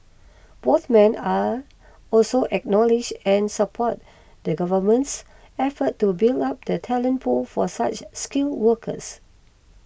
both men are also acknowledged and supported the Government's efforts to build up the talent pool for such skilled workers